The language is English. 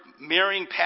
marrying